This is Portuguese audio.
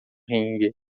ringue